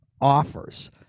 offers